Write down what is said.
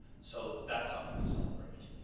so that's something to celebrate.